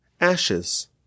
ashes